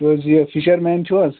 تُہۍ حظ یہِ فِشَر مین چھُو حظ